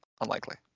unlikely